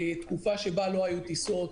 תקופה שבה לא היו טיסות,